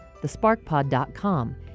thesparkpod.com